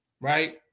right